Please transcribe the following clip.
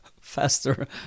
faster